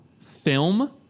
film